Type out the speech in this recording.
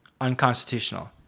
unconstitutional